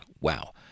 Wow